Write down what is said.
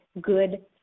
good